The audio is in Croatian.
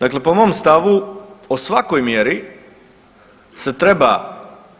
Dakle, po mom stavu o svakoj mjeri se treba